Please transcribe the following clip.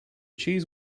cheese